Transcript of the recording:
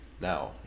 Now